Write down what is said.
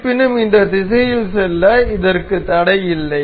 இருப்பினும் இந்த திசையில் செல்ல இதற்க்கு தடை இல்லை